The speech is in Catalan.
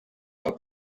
del